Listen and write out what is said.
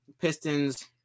Pistons